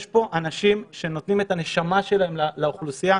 יש פה אנשים שנותנים את הנשמה שלהם לאוכלוסייה,